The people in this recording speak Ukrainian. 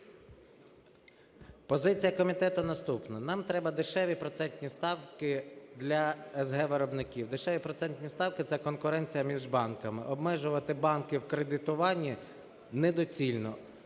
Позиція комітету наступна. Нам треба дешеві процентні ставки для с/г виробників. Дешеві процентні ставки – це конкуренція між банками, обмежити банки в кредитуванні недоцільно,